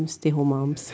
stay home mums